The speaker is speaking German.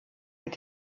mit